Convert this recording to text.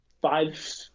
five